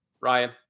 Ryan